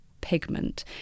pigment